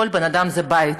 כל בן-אדם, זה בית.